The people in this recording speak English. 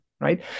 right